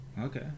Okay